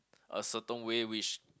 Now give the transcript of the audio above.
a certain way which